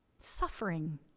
suffering